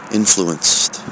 influenced